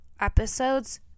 episodes